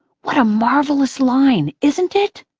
what a marvelous line, isn't it?